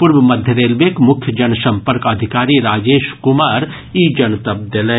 पूर्व मध्य रेलवेक मुख्य जनसंपर्क अधिकारी राजेश कुमार ई जनतब देलनि